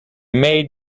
made